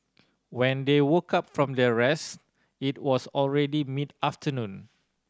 when they woke up from their rest it was already mid afternoon